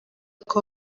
uko